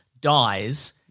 dies